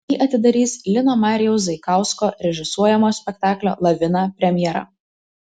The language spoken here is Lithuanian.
jį atidarys lino marijaus zaikausko režisuojamo spektaklio lavina premjera